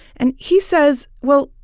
and he says, well,